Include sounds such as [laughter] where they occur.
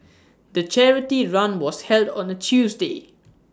[noise] the charity run was held on A Tuesday